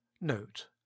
Note